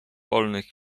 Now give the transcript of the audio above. polnych